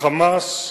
ה"חמאס",